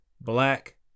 Black